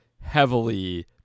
heavily